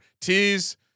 Tease